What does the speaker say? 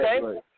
Okay